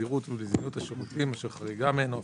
לתדירות ולזמינות השירותים אשר חריגה מהן או